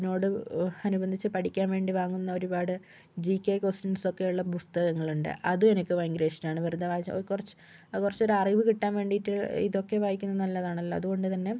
അതിനോട് അനുബന്ധിച്ച് പഠിക്കാൻ വേണ്ടിവാങ്ങുന്ന ഒരുപാട് ജികെ ക്വസ്റ്റ്യൻസൊക്കെയുള്ള പുസ്തകങ്ങളുണ്ട് അതു എനിക്ക് ഭയങ്കര ഇഷ്ടമാണ് വെറുത വായിച്ച് അത് കുറച്ച് കുറച്ചൊരു അറിവ് കിട്ടാൻ വേണ്ടിയിട്ട് ഇതൊക്കെ വായിക്കുന്നത് നല്ലതാണല്ലോ അതുകൊണ്ട് തന്നെ